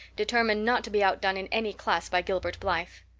determined not to be outdone in any class by gilbert blythe.